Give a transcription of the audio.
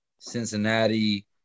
Cincinnati